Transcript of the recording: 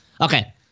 Okay